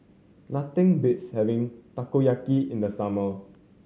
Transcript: nothing beats having Takoyaki in the summer